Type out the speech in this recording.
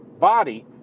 body